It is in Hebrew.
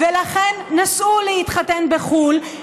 ולכן נסעו להתחתן בחו"ל,